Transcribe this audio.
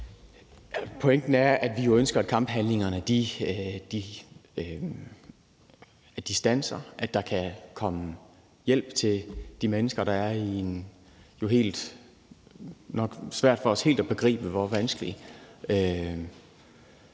Pointen er, at vi jo ønsker, at kamphandlingerne standser, og at der kan komme hjælp til de mennesker, der er i en situation, der er så vanskelig,